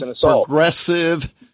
progressive